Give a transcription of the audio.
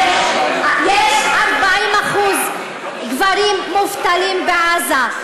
זה ה"חמאס" יש 40% גברים מובטלים בעזה.